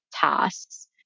tasks